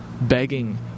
begging